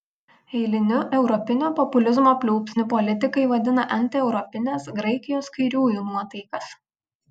eiliniu europinio populizmo pliūpsniu politikai vadina antieuropines graikijos kairiųjų nuotaikas